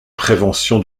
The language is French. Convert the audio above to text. prévention